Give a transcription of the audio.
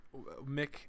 mick